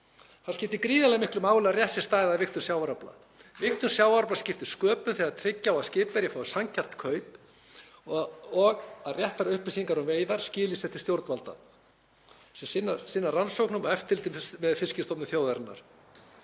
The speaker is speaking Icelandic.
Það skiptir gríðarlega miklu máli að rétt sé staðið að vigtun sjávarafla. Vigtun sjávarafla skiptir sköpum þegar tryggja á að skipverjar fái sanngjarnt kaup og að réttar upplýsingar um veiðar skili sér til stjórnvalda sem sinna rannsóknum og eftirliti með fiskstofnum þjóðarinnar.